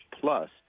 plus